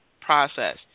process